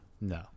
No